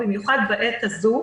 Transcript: במיוחד בעת הזו,